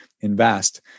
invest